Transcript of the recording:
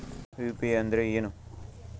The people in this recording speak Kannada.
ಯು.ಪಿ.ಐ ಅಂದ್ರೆ ಏನು?